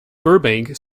burbank